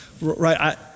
Right